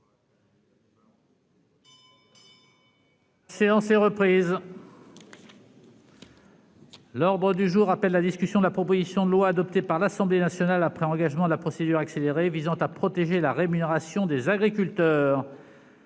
séance est reprise. L'ordre du jour appelle la discussion de la proposition de loi, adoptée par l'Assemblée nationale après engagement de la procédure accélérée, visant à protéger la rémunération des agriculteurs